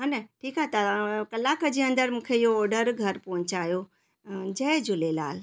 ह न ठीकु आहे तव्हां कलाक जे अंदरु मूंखे इहो ऑडर घरु पहुचायो जय झूलेलाल